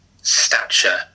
stature